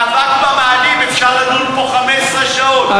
על האבק במאדים אפשר לדון פה 15 שעות,